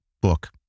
book